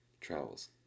travels